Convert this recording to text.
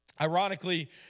Ironically